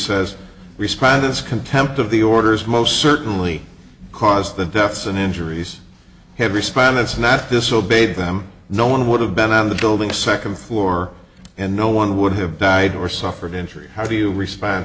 says respond this contempt of the order is most certainly caused the deaths and injuries have responded snap disobeyed them no one would have been on the building second floor and no one would have died or suffered injury how do you respond